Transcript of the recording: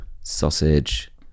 sausage